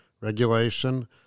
regulation